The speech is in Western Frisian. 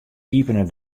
iepene